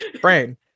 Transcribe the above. Brain